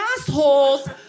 assholes